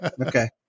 Okay